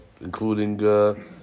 including